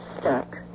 stuck